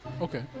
Okay